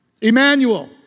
Emmanuel